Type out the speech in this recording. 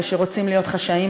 ושרוצים להיות חשאיים,